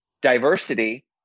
diversity